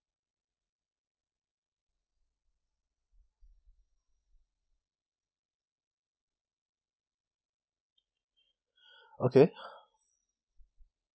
okay